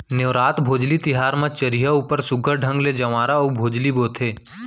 नेवरात, भोजली तिहार म चरिहा ऊपर सुग्घर ढंग ले जंवारा अउ भोजली बोथें